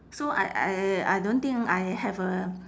so I I I don't think I have a